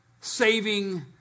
saving